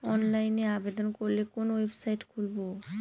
অনলাইনে আবেদন করলে কোন ওয়েবসাইট খুলব?